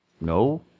No